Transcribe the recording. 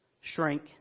shrink